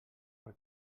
per